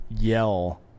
yell